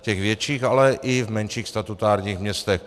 Těch větších, ale i v menších statutárních městech.